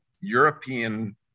European